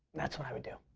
that's what i would do.